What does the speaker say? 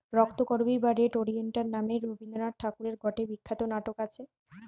রক্তকরবী বা red oleander নামে রবীন্দ্রনাথ ঠাকুরের গটে বিখ্যাত নাটক আছে